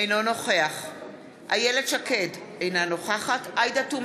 אינו נוכח איילת שקד, אינה נוכחת עאידה תומא